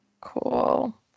Cool